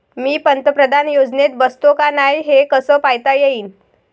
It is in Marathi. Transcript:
मी पंतप्रधान योजनेत बसतो का नाय, हे कस पायता येईन?